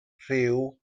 rhyw